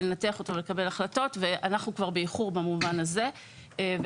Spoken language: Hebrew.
לנתח אותו ולקבל החלטות ובמובן הזה אנחנו כבר באיחור.